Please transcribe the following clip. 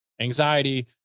anxiety